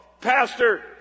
pastor